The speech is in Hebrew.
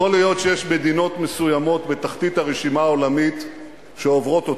יכול להיות שיש מדינות מסוימות בתחתית הרשימה העולמית שעוברות אותנו,